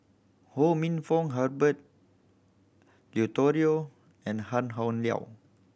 Ho Minfong Herbert Eleuterio and Tan Howe Liang